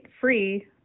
free